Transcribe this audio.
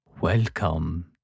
Welcome